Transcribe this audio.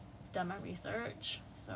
but it's it's in two more days and I haven't